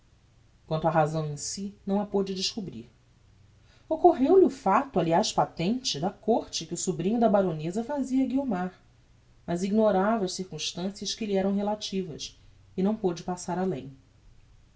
quanto á razão em si não a pôde descobrir occorreu lhe o facto aliás patente da côrte que o sobrinho da baroneza fazia a guiomar mas ignorava as circumtancias que lhe eram relativas e não pôde passar além